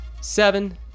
seven